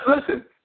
listen